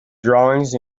drawings